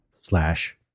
slash